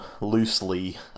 loosely